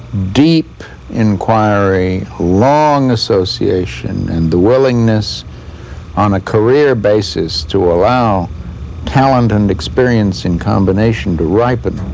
deep inquiry, long association and the willingness on a career basis to allow talent and experience in combination to ripen.